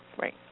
Right